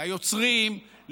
ליוצרים,